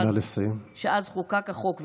שאז חוקק החוק,